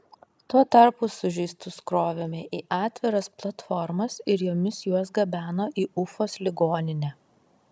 tuo tarpu sužeistus krovėme į atviras platformas ir jomis juos gabeno į ufos ligoninę